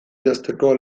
idazteko